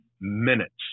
minutes